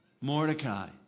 Mordecai